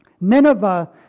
Nineveh